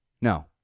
No